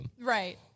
right